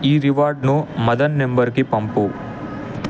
ఈ రివార్డ్ను మదన్ నంబర్కి పంపు